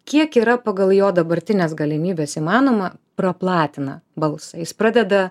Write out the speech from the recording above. kiek yra pagal jo dabartines galimybes įmanoma praplatina balsą jis pradeda